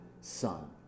son